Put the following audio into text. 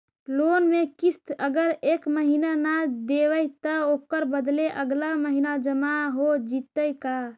Loan के किस्त अगर एका महिना न देबै त ओकर बदले अगला महिना जमा हो जितै का?